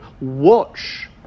watch